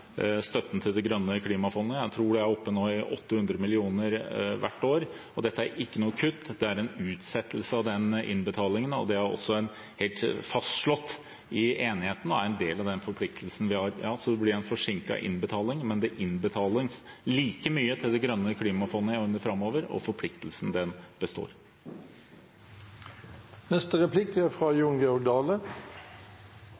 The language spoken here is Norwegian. grønne klimafondet – jeg tror det nå er oppe i 800 mill. kr hvert år – og dette er ikke noe kutt, det er en utsettelse av den innbetalingen. Det er også slått fast i enigheten, og det er en del av den forpliktelsen vi har. Så ja, det blir en forsinket innbetaling, men det innbetales like mye til det grønne klimafondet i årene framover, og forpliktelsen